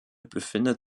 befindet